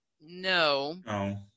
no